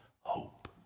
hope